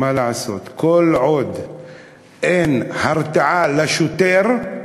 מה לעשות, אין הרתעה לשוטר,